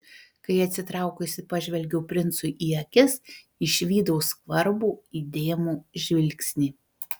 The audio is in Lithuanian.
kai atsitraukusi pažvelgiau princui į akis išvydau skvarbų įdėmų žvilgsnį